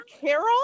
Carol